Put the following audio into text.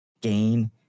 gain